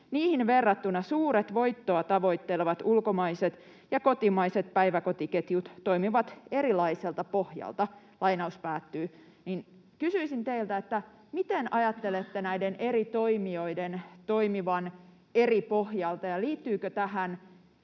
Niihin verrattuna suuret, voittoa tavoittelevat ulkomaiset ja kotimaiset päiväkotiketjut toimivat erilaiselta pohjalta.” Kysyisin teiltä: Miten ajattelette näiden eri toimijoiden toimivan eri pohjalta, ja liittyykö tähän